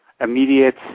immediate